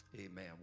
amen